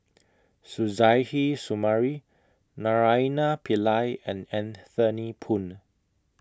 Suzairhe Sumari Naraina Pillai and Anthony Poon